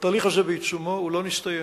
התהליך הזה בעיצומו, הוא לא הסתיים.